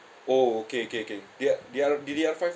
oh okay okay okay D_R D_R D_D_R five ah